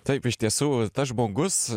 taip iš tiesų tas žmogus